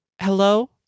hello